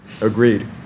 agreed